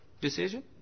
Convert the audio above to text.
decision